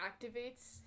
activates